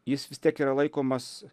jis vis tiek yra laikomas